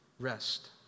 rest